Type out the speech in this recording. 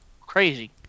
crazy